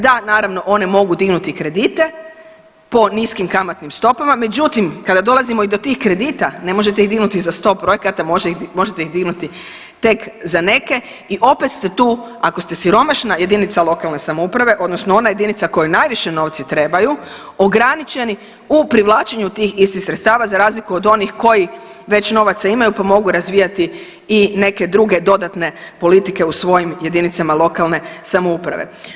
Da, naravno, one mogu dignuti kredite po niskim kamatnim stopama, međutim, kad dolazimo i do tih kredita, ne možete ih dignuti za 100 projekata, možete ih dignuti tek za neke i opet ste tu, ako ste siromašna jedinica lokalne samouprave odnosno ona jedinica kojoj najviše novci trebaju, ograničeni u privlačenu tih istih sredstava, za razliku od onih koji već novaca imaju pa mogu razvijati i neke druge dodatne politike u svojim jedinicama lokalne samouprave.